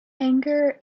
anger